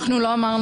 אנחנו לא אמרנו.